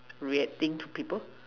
reacting to people